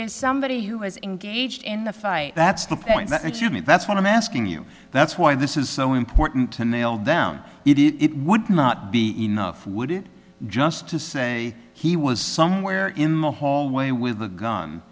is somebody who has engaged in the fight that's the point that you made that's what i'm asking you that's why this is so important to nail down it would not be enough would it just to say he was somewhere in the hallway with a gun